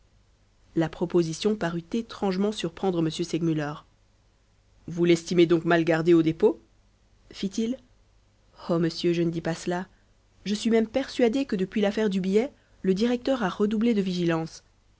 la proposition parut étrangement surprendre m segmuller vous l'estimez donc mal gardé au dépôt fit-il oh monsieur je ne dis pas cela je suis même persuadé que depuis l'affaire du billet le directeur a redoublé de vigilance